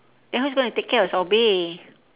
then who's gonna take care of sobri